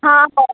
हा हा